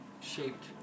shaped